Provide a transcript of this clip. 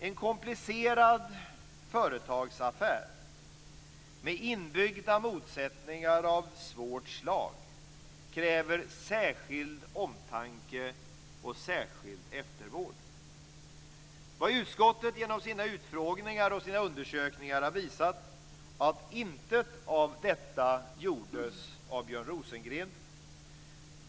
En komplicerad företagsaffär med inbyggda motsättningar av svårt slag kräver särskild omtanke och särskild eftervård. Vad utskottet genom sina utfrågningar och sina undersökningar har visat är att intet av detta gjordes av Björn Rosengren.